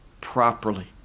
properly